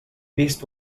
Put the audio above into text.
vist